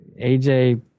AJ